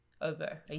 over